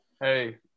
hey